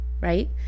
right